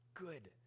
good